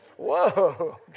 Whoa